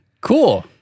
Cool